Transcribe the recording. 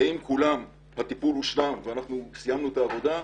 האם בכולם הטיפול הושלם ואנחנו סיימנו את העבודה?